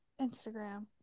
instagram